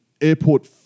airport